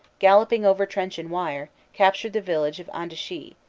galloping over trench and wire captured the village of andechy,